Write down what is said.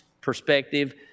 perspective